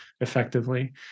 effectively